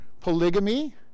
polygamy